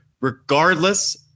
regardless